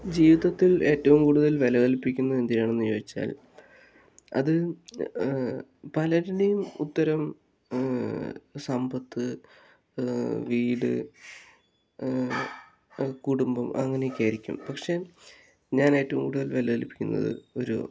ജീവിതത്തിൽ ഏറ്റവും കൂടുതൽ വിലകല്പിക്കുന്നത് എന്തിനാണ് എന്ന് ചോദിച്ചാൽ അത് പലരുടെയും ഉത്തരവും സമ്പത്ത് വീട് കുടുംബം അങ്ങനെയൊക്കെ ആയിരിക്കും പക്ഷെ ഞാൻ ഏറ്റവും കൂടുതൽ വിലകല്പിക്കുന്നത് ഒരു